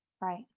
right